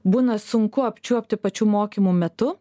būna sunku apčiuopti pačių mokymų metu